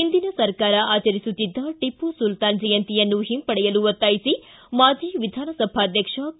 ಒಂದಿನ ಸರ್ಕಾರ ಆಚರಿಸುತ್ತಿದ್ದ ಟಿಪ್ಪು ಸುಲ್ತಾನ ಜಯಂತಿಯನ್ನು ಹಿಂಪಡೆಯಲು ಒತ್ತಾಯಿಸಿ ಮಾಜಿ ವಿಧಾನಸಭಾಧ್ಯಕ್ಷ ಕೆ